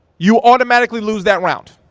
you automatically lose that round.